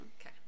Okay